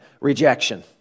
rejection